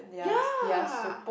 ya